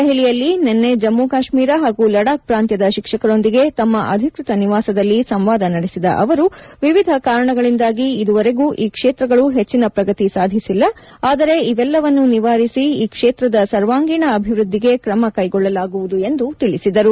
ದೆಹಲಿಯಲ್ಲಿ ನಿನ್ನೆ ಜಮ್ಮು ಕಾಶ್ಮೀರ ಹಾಗೂ ಲಡಾಕ್ ಪ್ರಾಂತ್ಯದ ಶಿಕ್ಷಕರೊಂದಿಗೆ ತಮ್ಮ ಅಧಿಕೃತ ನಿವಾಸದಲ್ಲಿ ಸಂವಾದ ನಡೆಸಿದ ಅವರು ವಿವಿಧ ಕಾರಣಗಳಿಂದಾಗಿ ಇದುವರೆಗು ಈ ಕ್ಷೇತ್ರಗಳು ಹೆಚ್ಚಿನ ಪ್ರಗತಿ ಸಾಧಿಸಿಲ್ಲ ಆದರೆ ಇವೆಲ್ಲವನ್ನು ನಿವಾರಿಸಿ ಈ ಕ್ಷೇತ್ರದ ಸರ್ವಾಂಗೀಣ ಅಭಿವೃದ್ದಿಗೆ ಕ್ರಮ ಕೈಗೊಳ್ಳಲಾಗುವುದು ಎಂದು ತಿಳಿಸಿದರು